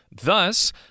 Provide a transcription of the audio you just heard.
thus